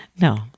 no